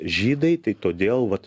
žydai tai todėl vat